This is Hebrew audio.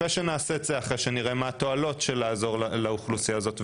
אחרי שנראה מה התועלות של לעזור לאוכלוסייה זו,